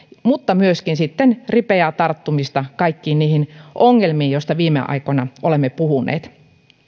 mutta myöskin sitten ripeää tarttumista kaikkiin niihin ongelmiin joista viime aikoina olemme puhuneet